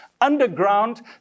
underground